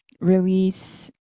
release